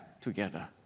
together